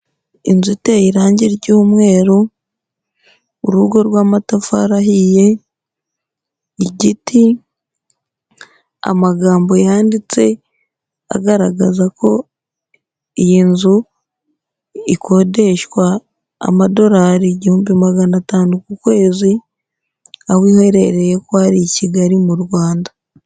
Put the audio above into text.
Inzu iteye irange ry'umweru, urugo rw'amatafari ahiye, igiti, amagambo yanditse, agaragaza ko iyi nzu ikodeshwa amadolari igihumbi magana atanu ku kwezi, aho iherereye ko ari i Kigali, mu Rwanda.